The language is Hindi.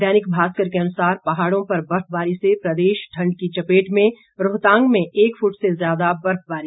दैनिक भास्कर के अनुसार पहाड़ों पर बर्फबारी से प्रदेश ठंड की चपेट में रोहतांग में एक फुट से ज्यादा बर्फबारी